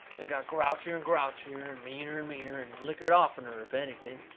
and got grouchier and grouchier and meaner and meaner, and lickered oftener, if anything.